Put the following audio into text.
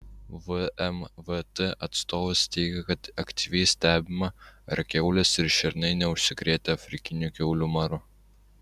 vmvt atstovas teigė kad aktyviai stebima ar kiaulės ir šernai neužsikrėtę afrikiniu kiaulių maru